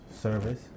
service